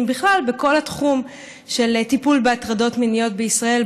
בכלל בכל התחום של טיפול בהטרדות מיניות בישראל,